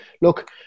look